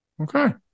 Okay